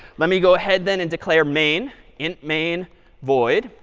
let me go ahead then and declare main int main void.